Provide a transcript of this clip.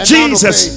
Jesus